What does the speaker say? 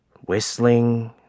whistling